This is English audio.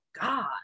God